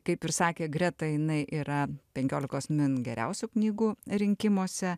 kaip ir sakė greta jinai yra penkiolikos min geriausių knygų rinkimuose